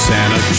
Santa